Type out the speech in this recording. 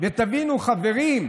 תבינו, חברים,